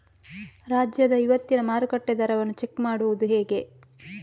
ರಾಜ್ಯದ ಇವತ್ತಿನ ಮಾರುಕಟ್ಟೆ ದರವನ್ನ ಚೆಕ್ ಮಾಡುವುದು ಹೇಗೆ?